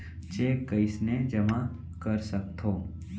Cheque कईसने जेमा कर सकथो?